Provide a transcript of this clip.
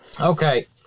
Okay